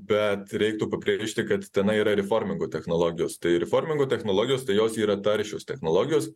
bet reiktų pabrėžti kad tenai yra riformingo technologijos tai riformingo technologijos tai jos yra taršios technologijos